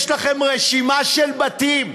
יש לכם רשימה של בתים,